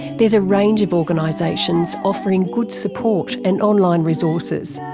there's a range of organisations offering good support and online resources,